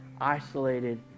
isolated